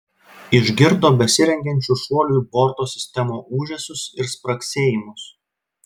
išgirdo besirengiančių šuoliui borto sistemų ūžesius ir spragsėjimus